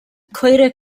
crater